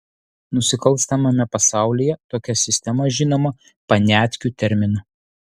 nusikalstamame pasaulyje tokia sistema žinoma paniatkių terminu